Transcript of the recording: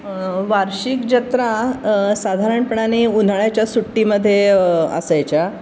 वार्षिक जत्रा साधारणपणाने उन्हाळ्याच्या सुट्टीमध्ये असायच्या